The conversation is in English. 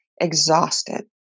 exhausted